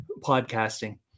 podcasting